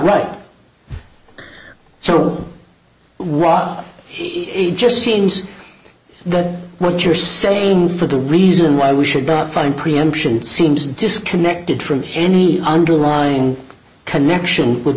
right so all rot it just seems that what you're saying for the reason why we should bow fighting preemption seems disconnected from any underlying connection with